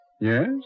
Yes